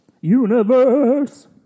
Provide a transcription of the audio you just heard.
Universe